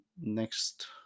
next